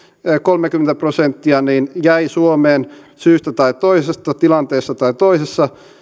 kolmekymmentä prosenttia jäi suomeen syystä tai toisesta tilanteessa tai toisessa